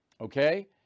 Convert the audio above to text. okay